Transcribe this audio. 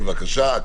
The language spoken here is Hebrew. בבקשה.